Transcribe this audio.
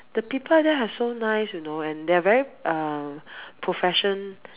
the people there are so nice you know and they're very uh profession